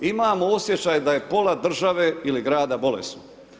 Imamo osjećaj da je pola države i grada bolesno.